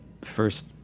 first